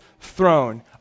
throne